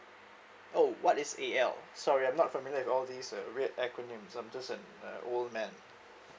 oh what is A_L sorry I'm not familiar with all these uh weird acronyms I'm just an an a old man